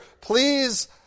please